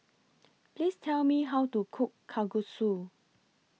Please Tell Me How to Cook Kalguksu